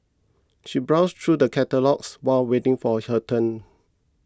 she browsed through the catalogues while waiting for her turn